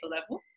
level